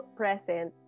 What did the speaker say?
present